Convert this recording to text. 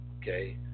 Okay